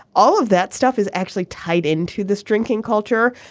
all of that stuff is actually tied into this drinking culture.